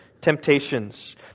temptations